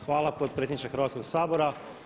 Hvala potpredsjedniče Hrvatskog sabora.